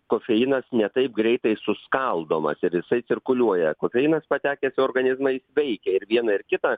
kofeinas ne taip greitai suskaldomas ir jisai cirkuliuoja kofeinas patekęs į organizmą veikia ir vieną ir kitą